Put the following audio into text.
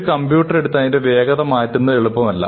ഒരു കമ്പ്യൂട്ടർ എടുത്ത് അതിന്റെ വേഗത മാറ്റുന്നത് എളുപ്പമല്ല